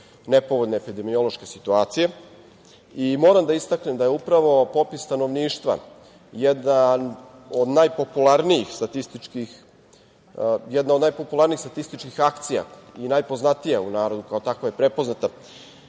nepovoljne epidemiološke situacije. Moram da istaknem da je upravo popis stanovništva jedan od najpopularnijih statističkih akcija i najpoznatija u narodu, kao takva je prepoznata